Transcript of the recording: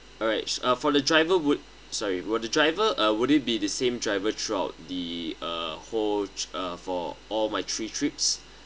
alright uh for the driver would sorry were the driver uh would it be the same driver throughout the uh whole uh for all my three trips